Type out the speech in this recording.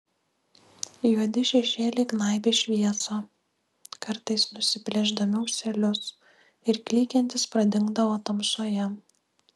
juodi šešėliai gnaibė šviesą kartais nusiplėšdami ūselius ir klykiantys pradingdavo tamsoje